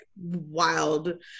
wild